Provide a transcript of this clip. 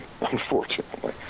unfortunately